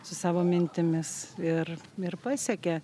su savo mintimis ir ir pasiekia